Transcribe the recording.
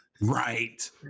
Right